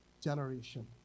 generation